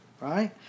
right